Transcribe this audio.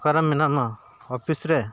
ᱚᱠᱟᱨᱮ ᱢᱮᱱᱟᱜ ᱢᱟ ᱚᱯᱷᱤᱥ ᱨᱮ